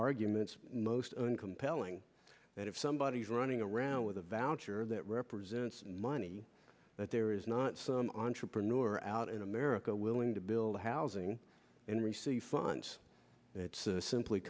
arguments most compelling that if somebody is running around with a voucher that represents money that there is not some entrepreneur out in america willing to build housing and receive funds it's simply